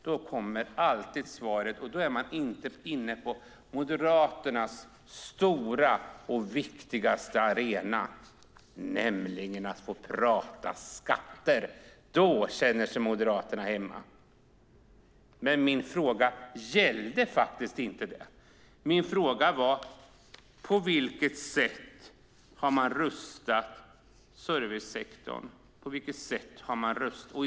Då kommer alltid ett svar från Moderaternas stora och viktigaste arena, nämligen att man pratar skatter. Då känner sig Moderaterna hemma. Men min fråga gällde inte det. Min fråga var: På vilket sätt har man rustat servicesektorn?